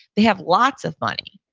they have lots of money.